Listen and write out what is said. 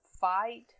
fight